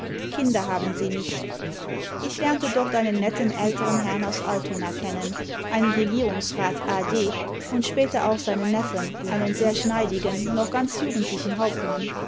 kinder haben sie nicht ich lernte dort einen netten älteren herrn aus altona kennen einen regierungsrat a d imd später auch seinen neffen einen sehr scüineidigen noch ganz jugendlichen hauptmann